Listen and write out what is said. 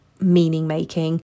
meaning-making